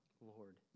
Lord